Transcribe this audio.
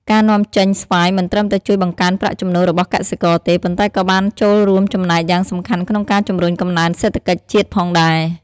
ការនាំចេញស្វាយមិនត្រឹមតែជួយបង្កើនប្រាក់ចំណូលរបស់កសិករទេ ប៉ុន្តែក៏បានចូលរួមចំណែកយ៉ាងសំខាន់ក្នុងការជំរុញកំណើនសេដ្ឋកិច្ចជាតិផងដែរ។